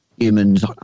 Humans